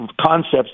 concepts